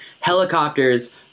helicopters